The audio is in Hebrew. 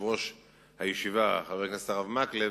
יושב-ראש הישיבה, חבר הכנסת הרב מקלב,